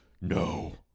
no